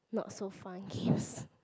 not so fun games